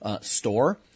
store